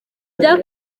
bya